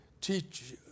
teach